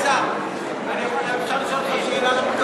השר, אפשר לשאול אותך שאלה?